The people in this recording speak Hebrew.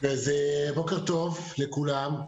בוקר טוב לכולם,